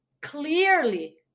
clearly